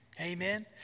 Amen